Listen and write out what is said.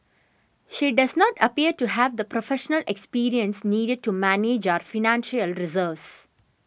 she does not appear to have the professional experience needed to manage our financial reserves